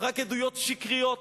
רק עדויות שקריות.